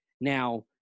Now